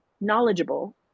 knowledgeable